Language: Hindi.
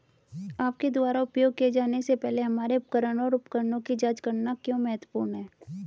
आपके द्वारा उपयोग किए जाने से पहले हमारे उपकरण और उपकरणों की जांच करना क्यों महत्वपूर्ण है?